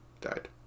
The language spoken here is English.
died